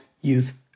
youth